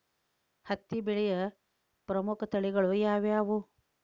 ಹತ್ತಿ ಬೆಳೆಯ ಪ್ರಮುಖ ತಳಿಗಳು ಯಾವ್ಯಾವು?